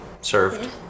served